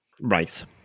Right